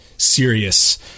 Serious